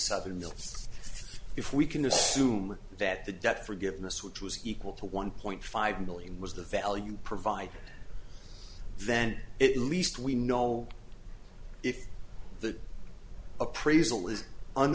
seven million if we can assume that the debt forgiveness which was equal to one point five million was the value provide then it least we know if the appraisal